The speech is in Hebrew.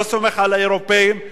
לא סומך על האירופים?